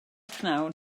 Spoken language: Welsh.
prynhawn